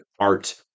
art